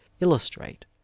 illustrate